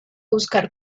buscar